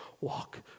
walk